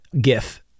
gif